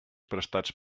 prestats